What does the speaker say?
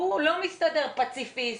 הוא לא מסתדר פציפיסט,